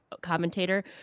commentator